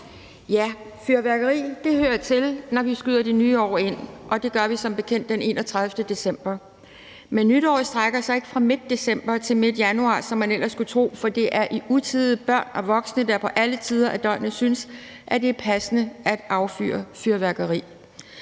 det. Fyrværkeri hører til, når vi skyder det nye år ind, og det gør vi som bekendt den 31. december. Men nytåret strækker sig ikke fra midten af december til midten af januar, som man ellers kan tro, eftersom der er børn og voksne, der i utide og på alle tider af døgnet synes, at det er passende at affyre fyrværkeri.